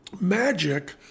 magic